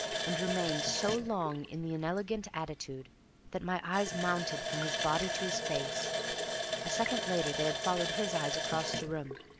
and remained so long in the inelegant attitude that my eyes mounted from his body to his face a second later they had followed his eyes across the room,